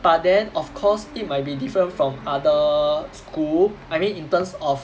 but then of course it might be different from other school I mean in terms of